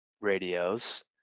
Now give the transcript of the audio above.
radios